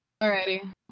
Alrighty